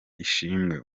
ishimwe